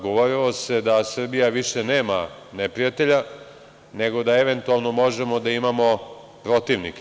Govorila se da Srbija više nema neprijatelja nego da eventualno možemo da imamo protivnika.